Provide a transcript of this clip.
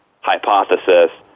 hypothesis